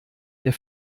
der